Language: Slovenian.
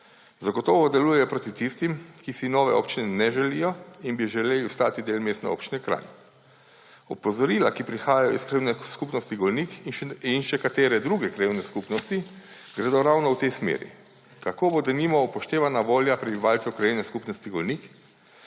Zagotovo delujejo proti tistim, ki si nove občine ne želijo in bi želeli ostati del Mestne občine Kranj. Opozorila, ki prihajajo iz Krajevne skupnosti Golnik in še katere druge krajevne skupnosti, gredo ravno v tej smeri. Tako bo denimo upoštevana volja prebivalcev Krajevne skupnosti Golnik,